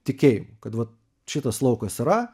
tikėjimu kad vat šitas laukas yra